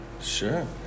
Sure